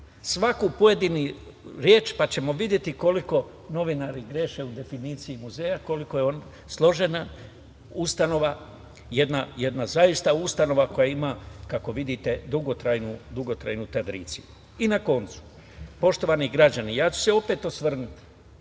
svaku pojedinu reč, pa ćemo videti koliko novinari greše u definiciji muzeja, koliko je on složena ustanova, jedna zaista ustanova, kako vidite, dugotrajnu tradiciji. Na koncu, poštovani građani, opet ću se osvrnuti